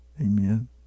Amen